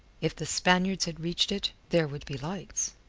if the spaniards had reached it, there would be lights.